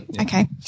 okay